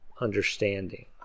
understanding